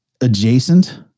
adjacent